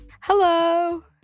Hello